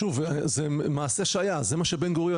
שוב, זה מעשה שהיה זה מה שבן גוריון עשה.